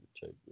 Take